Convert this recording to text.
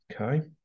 okay